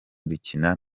dukina